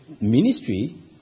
ministry